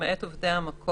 למעט עובדי המקום,